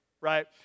right